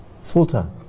Full-time